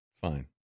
fine